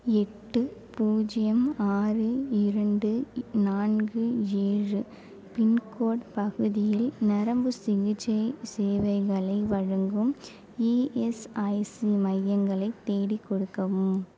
எட்டு பூஜ்ஜியம் ஆறு இரண்டு நான்கு ஏழு பின்கோட் பகுதியில் நரம்புச் சிகிச்சை சேவைகளை வழங்கும் இஎஸ்ஐசி மையங்களை தேடிக் குடுக்கவும்